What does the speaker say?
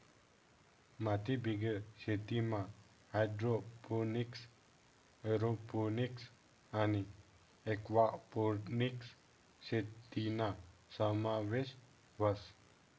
मातीबिगेर शेतीमा hydroponics, aeroponics आणि एक्वापोनिक्स शेतीना समावेश व्हस